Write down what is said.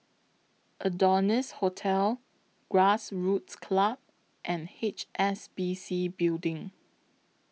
Adonis Hotel Grassroots Club and H S B C Building